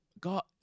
god